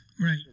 Right